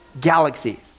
galaxies